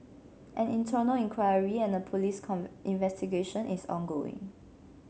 an internal inquiry and a police investigation is ongoing